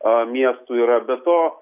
aa miestų yra be to